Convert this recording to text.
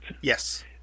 yes